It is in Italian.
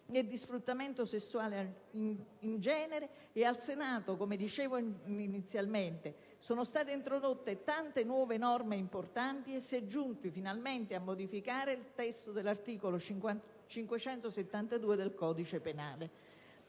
e di sfruttamento sessuale in genere e al Senato - come dicevo inizialmente - sono state introdotte tante nuove norme importanti e si è giunti finalmente a modificare il testo dell'articolo 572 del codice penale.